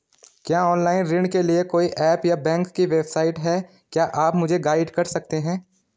क्या ऑनलाइन ऋण के लिए कोई ऐप या बैंक की वेबसाइट है क्या आप मुझे गाइड कर सकते हैं?